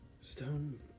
stone